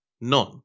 None